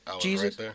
Jesus